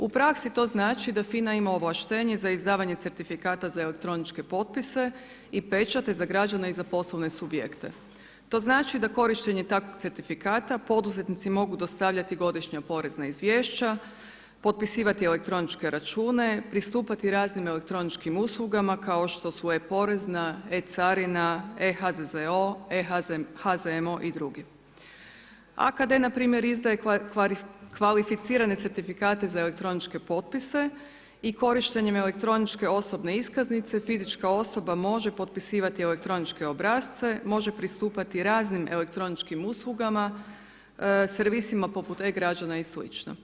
U praksi to znači da FINA ima ovlaštenje za izdavanje certifikata za elektroničke potpise i pečate, za građane i poslovne subjekte, to znači da korištenje takvog certifikata poduzetnici mogu dostavljati godišnja porezna izvješća, potpisivati elektroničke račune, pristupati raznim elektroničkim uslugama kao šti su e-porezna, e-carina, e-HZZO, e-HZMO i dr. AKD npr. izdaje kvalificirane certifikate za elektroničke potpise i korištenjem elektroničke osobne iskaznice, fizička osoba može potpisivati elektroničke obrasce, može pristupati raznim elektroničkim uslugama, servisima poput e-građana i sl.